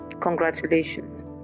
Congratulations